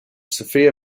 sophia